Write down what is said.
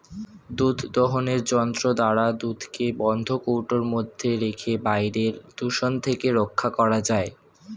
দুধ দোহনের যন্ত্র দ্বারা দুধকে বন্ধ কৌটোর মধ্যে রেখে বাইরের দূষণ থেকে রক্ষা করা যায়